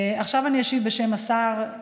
עכשיו אני אשיב בשם השר,